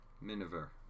Miniver